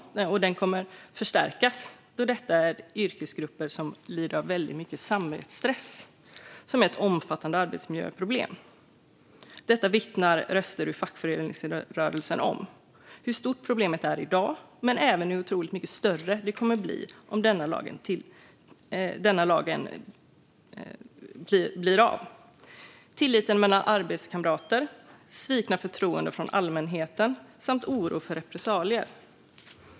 Den kommer att förstärkas, eftersom det är yrkesgrupper som lider av stor samvetsstress. Det är ett omfattande arbetsmiljöproblem. Röster ur fackföreningsrörelsen vittnar om hur stort problemet är i dag men även hur otroligt mycket större det kommer att bli om lagen blir verklighet. Det handlar om tillit mellan arbetskamrater, svikna förtroenden från allmänheten samt oro för repressalier.